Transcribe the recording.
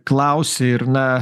klausė ir na